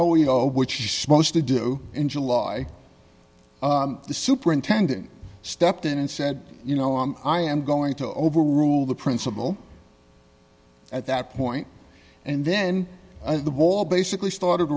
go which she supposed to do in july the superintendent stepped in and said you know i'm i am going to overrule the principal at that point and then the ball basically started